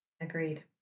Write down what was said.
Agreed